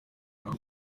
uri